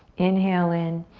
inhale in.